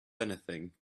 anything